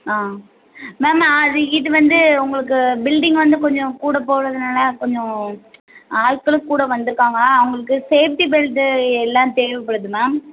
ஆ ma'am அது இது வந்து உங்களுக்கு பில்டிங் வந்து கொஞ்சம் கூட போகிறதுனால கொஞ்சம் ஆட்களும் கூட வந்திருக்காங்களா அவங்களுக்கு சேஃப்ட்டி பெல்ட்டு எல்லாம் தேவைப்படுது மேம்